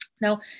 Now